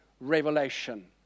revelation